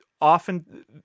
often